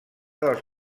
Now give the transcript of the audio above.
dels